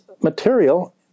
material